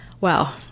Wow